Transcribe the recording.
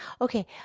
Okay